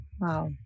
Wow